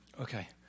Okay